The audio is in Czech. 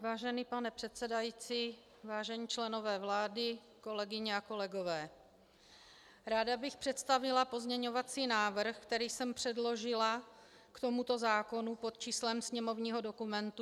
Vážený pane předsedající, vážení členové vlády, kolegyně a kolegové, ráda bych představila pozměňovací návrh, který jsem předložila k tomuto zákonu pod číslem sněmovního dokumentu 678.